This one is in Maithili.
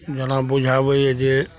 जेना बुझाबइए जे